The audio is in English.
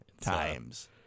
times